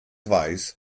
weiß